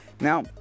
Now